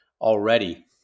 Already